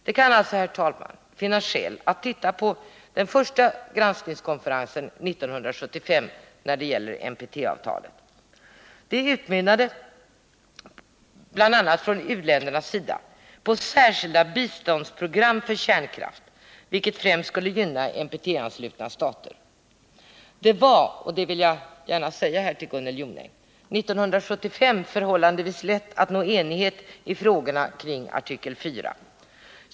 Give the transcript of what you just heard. Det kan alltså, herr talman, finnas skäl att studera resultatet av den första granskningskonferensen 1975 när det gäller NPT-avtalet. För u-ländernas del utmynnade den bl.a. i särskilda biståndsprogram för kärnkraften, vilket främst skulle gynna NPT-anslutna stater. 1975 var det — och det vill jag gärna säga till Gunnel Jonäng — förhållandevis lätt att nå enighet i frågorna kring artikel IV.